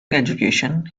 education